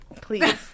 please